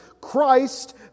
Christ